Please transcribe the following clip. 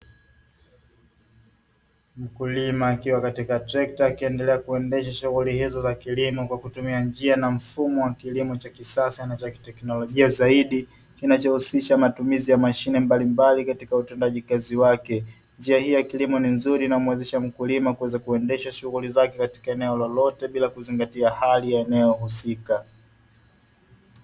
Mkulima akiwa katika trekta akiendelea kuendesha shughuli hizo za kilimo, kwa kutumia njia na mfumo wa kilimo cha kisasa na cha kiteknolojia zaidi, kinachohusisha matumizi ya mashine mbalimbali katika utendaji kazi wake. Njia hii ya kilimo ni nzuri inayomuwezesha mkulima kuweza kuendesha shughuli zake, katika eneo lolote bila kuzingatia hali ya eneo husika.